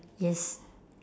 yes